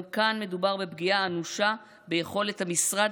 גם כאן מדובר בפגיעה אנושה ביכולת של המשרד